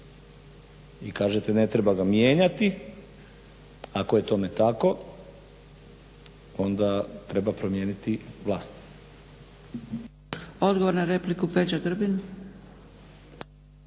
i kažete ne treba ga mijenjati ako je tome tako onda treba promijeniti vlast.